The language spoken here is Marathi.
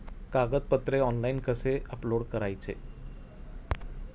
कागदपत्रे ऑनलाइन कसे अपलोड करायचे?